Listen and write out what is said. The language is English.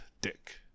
Dick